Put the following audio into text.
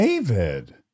David